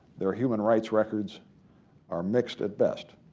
their human rights records are mixed at best.